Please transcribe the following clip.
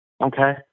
Okay